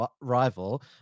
rival